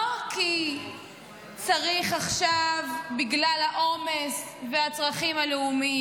לא כי צריך עכשיו בגלל העומס והצרכים הלאומיים.